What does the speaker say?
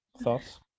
thoughts